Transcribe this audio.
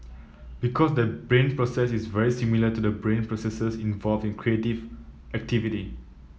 because that brain process is very similar to the brain processes involved in creative activity